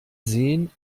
sehen